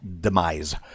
demise